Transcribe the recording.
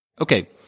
Okay